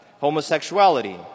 homosexuality